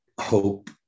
hope